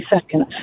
seconds